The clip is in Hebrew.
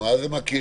מה זה מכירים